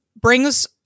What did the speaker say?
brings